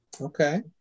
Okay